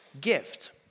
gift